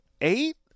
eight